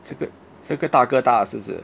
这个这个大哥大是不是